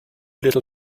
little